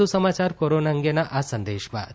વધુ સમાચાર કોરોના અંગેના આ સંદેશ બાદ